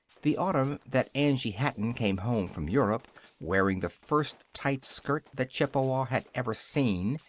the autumn that angie hatton came home from europe wearing the first tight skirt that chippewa had ever seen,